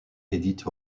édith